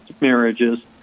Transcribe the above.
marriages